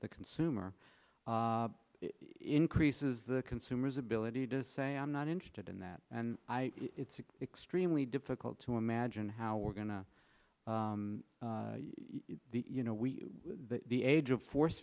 the consumer increases the consumer's ability to say i'm not interested in that and it's extremely difficult to imagine how we're going to you know we the age of force